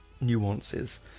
nuances